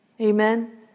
amen